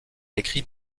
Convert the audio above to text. écrit